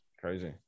Crazy